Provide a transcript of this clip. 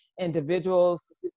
individuals